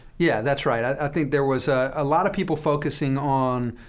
yeah, that's right. i think there was a lot of people focusing on,